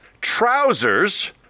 trousers